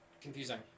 confusing